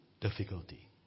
difficulty